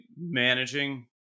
managing